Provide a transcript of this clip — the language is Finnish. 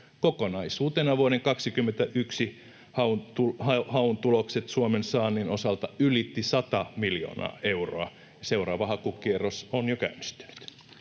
Kokonaisuutena vuoden 21 haun tulos Suomen saannin osalta ylitti100 miljoonaa euroa. Seuraava hakukierros on jo käynnistynyt.